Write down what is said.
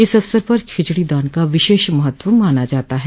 इस अवसर पर खिचड़ी दान का विशेष महत्व माना जाता है